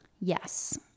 Yes